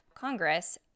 Congress